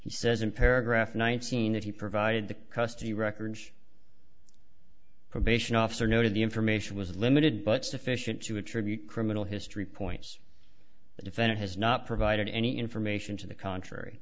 he says in paragraph nineteen that he provided the custody records probation officer noted the information was limited but sufficient to attribute criminal history points the defendant has not provided any information to the contrary